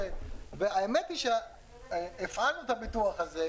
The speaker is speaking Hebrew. והאמת היא שהפעלנו את הביטוח הזה,